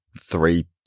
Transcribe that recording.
three